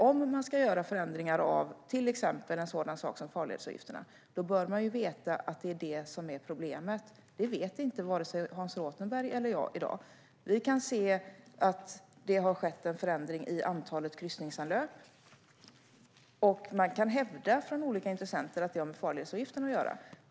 Om man ska göra förändringar av en sådan sak som farledsavgifterna bör man veta att det är de som är problemet. Men det vet inte vare sig Hans Rothenberg eller jag i dag. Vi kan se att det har skett en förändring i antalet kryssningsanlöp. Man kan från olika intressenter hävda att det har med farledsavgifterna att göra.